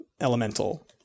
elemental